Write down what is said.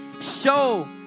Show